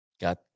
got